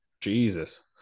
jesus